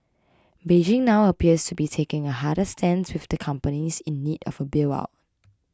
Beijing now appears to be taking a harder stance with the companies in need of a bail out